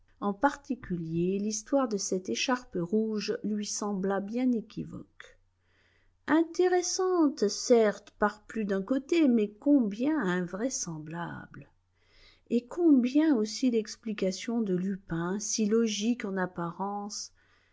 en particulier l'histoire de cette écharpe rouge lui sembla bien équivoque intéressante certes par plus d'un côté mais combien invraisemblable et combien aussi l'explication de lupin si logique en apparence